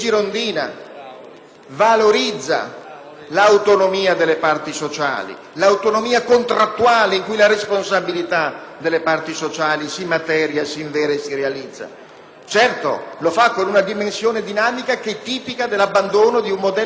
- valorizza l'autonomia delle parti sociali e quella contrattuale, in cui la responsabilità delle parti sociali si materia, si invera e si realizza. Certo, lo fa con una dimensione dinamica - tipica dell'abbandono di un modello centralista